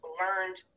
learned